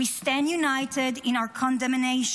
We stand united in our condemnation